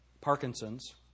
Parkinson's